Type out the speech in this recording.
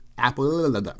Apple